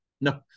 no